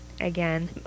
again